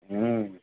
हूँ